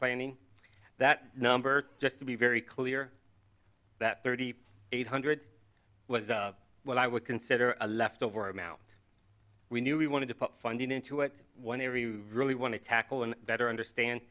explaining that number just to be very clear that thirty eight hundred was what i would consider a leftover amount we knew we wanted to put funding into it whenever you really want to tackle and better understand